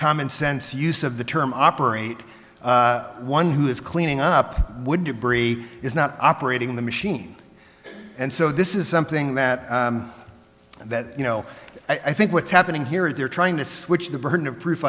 common sense use of the term operate one who is cleaning up would debris is not operating the machine and so this is something that that you know i think what's happening here is they're trying to switch the burden of proof